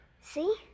See